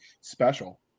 special